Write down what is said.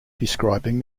describing